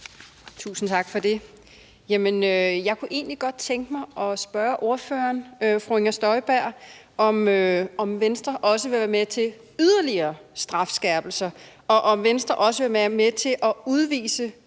Tusind tak for det. Jeg kunne egentlig godt tænke mig at spørge ordføreren, fru Inger Støjberg, om Venstre også vil være med til yderligere strafskærpelser, og om Venstre også vil være med til at udvise